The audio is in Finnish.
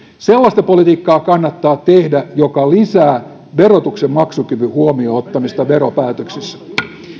sellaista politiikkaa kannattaa tehdä joka lisää verotuksen maksukyvyn huomioon ottamista veropäätöksissä